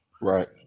right